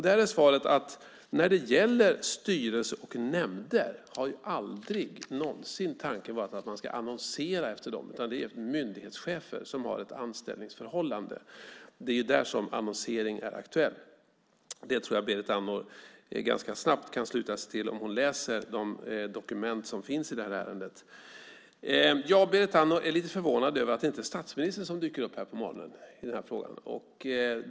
Där är svaret att när det gäller styrelser och nämnder har tanken aldrig någonsin varit att man ska annonsera efter dem, utan det är för myndighetschefer som har ett anställningsförhållande som annonsering är aktuell. Jag tror att Berit Andnor ganska snabbt kan sluta sig till det om hon läser de dokument som finns i det här ärendet. Berit Andnor är lite förvånad över att det inte är statsministern som dyker upp här på morgonen i den här frågan.